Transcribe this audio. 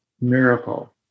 miracle